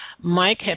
Mike